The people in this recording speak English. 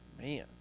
Man